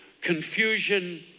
confusion